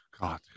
god